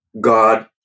god